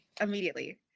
immediately